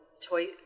toy